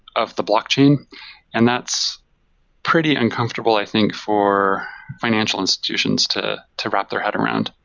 of the blockchain, and that's pretty uncomfortable, i think, for financial institutions to to wrap their head around,